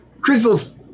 Crystal's